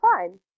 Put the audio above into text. fine